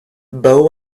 bow